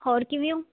ਹੋਰ ਕਿਵੇਂ ਹੋ